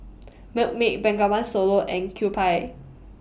Milkmaid Bengawan Solo and Kewpie